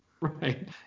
Right